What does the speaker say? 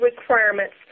requirements